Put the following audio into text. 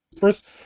First